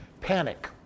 Panic